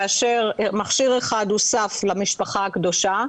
כאשר מכשיר אחד הוסף למשפחה הקדושה,